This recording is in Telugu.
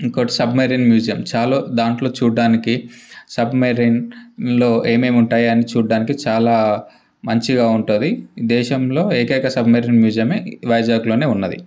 ఇంకోకటి సబ్మెరీన్ మ్యూజియం చాలా దాంట్లో చూడ్డానికి సబ్మెరీన్లో ఏమేమి ఉంటాయని చూడ్డానికి చాలా మంచిగా ఉంటుంది దేశంలో ఏకైక సబ్మెరీన్ మ్యూజియమే వైజాగ్లోనే ఉన్నది